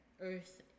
earth